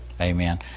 Amen